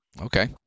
Okay